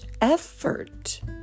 effort